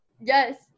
Yes